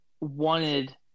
wanted